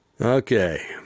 okay